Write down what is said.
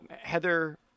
heather